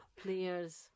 players